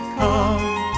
come